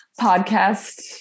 podcast